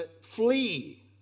flee